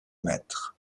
mètres